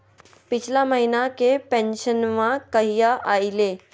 पिछला महीना के पेंसनमा कहिया आइले?